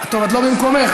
טוב, את לא במקומך.